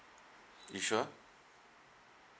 you sure